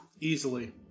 Easily